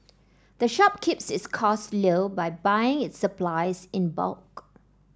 the shop keeps its costs low by buying its supplies in bulk